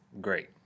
great